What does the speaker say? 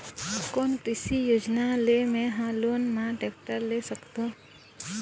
कोन कृषि योजना ले मैं हा लोन मा टेक्टर ले सकथों?